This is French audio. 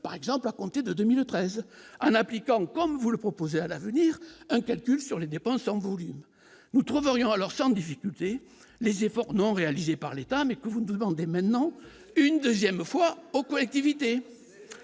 par exemple, à compter de 2013 en appliquant, comme vous le proposez à l'avenir un calcul sur les dépenses en vous, nous trouverions alors sans difficulté les efforts non réalisés par l'État mais que vous nous demandez maintenant une 2ème fois aux collectivités